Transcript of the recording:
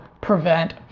prevent